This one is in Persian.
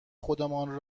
خودمان